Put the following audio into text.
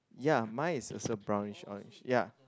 ya mine is also brownish orange ya